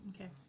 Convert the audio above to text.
Okay